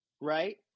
right